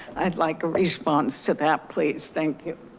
i'd like a response to that please, thank you.